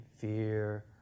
fear